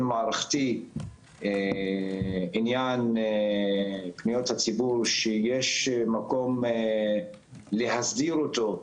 מערכתי שבעניין פניות הציבור יש מקום להסדיר אותו,